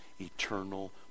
eternal